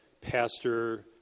pastor